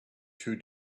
two